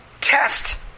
test